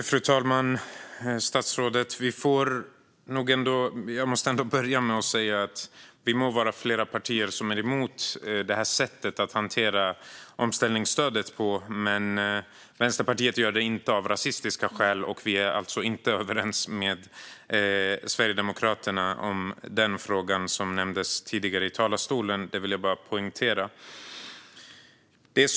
Fru talman! Vi må vara flera partier som är emot detta sätt att hantera omställningsstödet på, men Vänsterpartiet gör det inte av rasistiska skäl. Vi är alltså inte överens med Sverigedemokraterna i den fråga som nämndes tidigare i talarstolen. Detta vill jag poängtera.